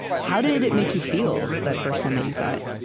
how did it make you feel, that first time that you saw it?